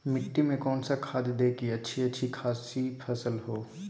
मिट्टी में कौन सा खाद दे की अच्छी अच्छी खासी फसल हो?